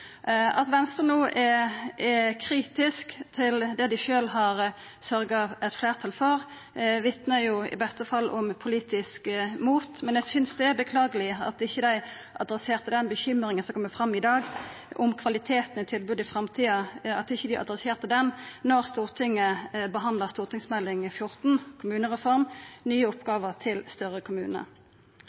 At Venstre no er kritisk til det dei sjølve har sørgt for fleirtal for, vitnar i beste fall om politisk mot, men eg synest det er beklageleg at dei ikkje adresserte den uroa som kjem fram i dag, om kvaliteten i tilbodet i framtida, da Stortinget behandla Meld. St. 14 for 2014–2015, Kommunereformen – nye oppgaver til større kommuner.